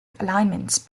alignments